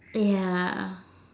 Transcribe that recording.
ya